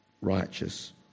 righteous